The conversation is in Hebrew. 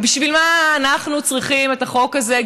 בשביל מה אנחנו צריכים את החוק הזה,